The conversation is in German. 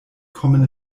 kommen